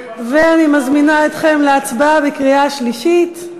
ואני מזמינה אתכם להצבעה בקריאה שלישית,